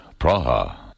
Praha